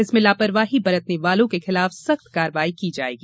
इसमें लापरवाही बरतने वालों के खिलाफ सख्त कार्रवाई की जाएगी